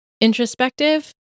introspective